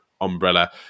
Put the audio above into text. umbrella